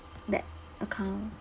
that account